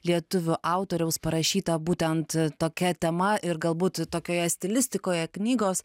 lietuvių autoriaus parašyta būtent tokia tema ir galbūt tokioje stilistikoje knygos